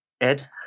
Ed